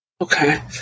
Okay